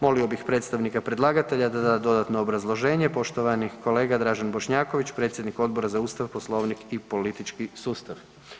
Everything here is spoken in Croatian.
Molio bih predstavnika predlagatelja da da dodatno obrazloženje, poštovani kolega Dražen Bošnjaković predsjednik Odbora za Ustav, Poslovnik i politički sustav.